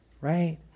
right